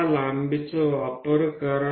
તો તે લંબાઇનો ઉપયોગ કરો